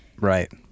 Right